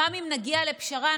גם אם נגיע לפשרה,